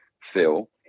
Phil